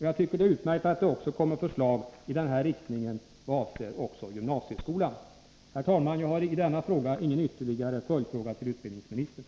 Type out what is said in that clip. Jag tycker det är utmärkt att det kommer förslag i denna riktning även vad avser gymnasieskolan. Herr talman! Jag har i denna debatt ingen följdfråga till utbildningsministern.